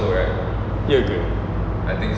ya ke